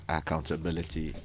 accountability